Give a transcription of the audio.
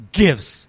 gives